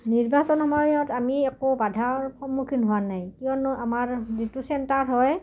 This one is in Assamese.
নিৰ্বাচন সময়ত আমি একো বাধাৰ সন্মুখীন হোৱা নাই কিয়নো আমাৰ যিটো চেণ্টাৰ হয়